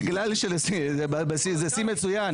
בשיא זה שיא מצוין.